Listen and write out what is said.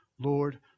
Lord